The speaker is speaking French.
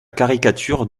caricature